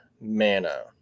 mana